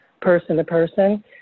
person-to-person